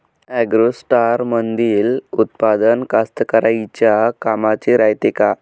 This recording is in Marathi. ॲग्रोस्टारमंदील उत्पादन कास्तकाराइच्या कामाचे रायते का?